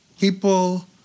people